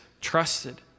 trusted